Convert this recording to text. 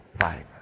five